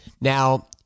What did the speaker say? Now